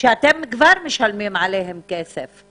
שאתם כבר משלמים עליהן כסף?